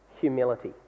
humility